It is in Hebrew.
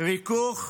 ריכוך?